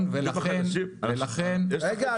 --- רגע, קארה.